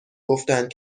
گفتند